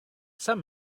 some